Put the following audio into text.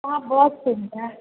वहाँ बहुत सुविधा